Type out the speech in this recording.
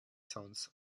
sons